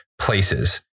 places